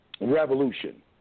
revolution